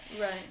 Right